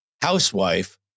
housewife